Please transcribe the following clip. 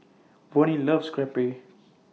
Vonnie loves Crepe